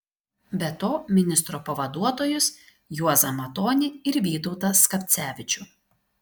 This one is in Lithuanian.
be to ministro pavaduotojus juozą matonį ir vytautą skapcevičių